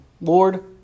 Lord